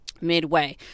midway